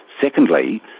Secondly